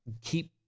keep